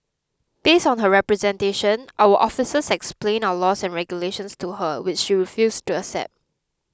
based on her representation our officers explained our laws and regulations to her which she refused to accept